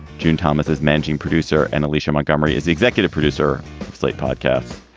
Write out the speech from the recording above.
june thomas as managing producer. and alicia montgomery is the executive producer of slate podcasts.